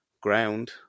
ground